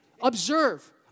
observe